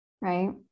Right